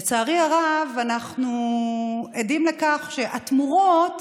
לצערי הרב, אנחנו עדים לכך שהתמורות